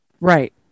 Right